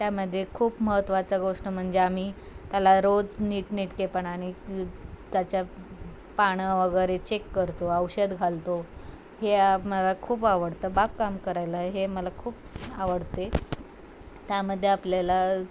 त्यामध्ये खूप महत्त्वाच गोष्ट म्हणजे आम्ही त्याला रोज नीटनेटकेपणाने त्याच्या पान वगैरे चेक करतो औषध घालतो हे मला खूप आवडतं बागकाम करायला हे मला खूप आवडते त्यामध्ये आपल्याला